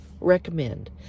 recommend